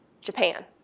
Japan